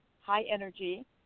high-energy